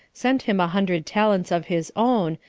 sent him a hundred talents of his own,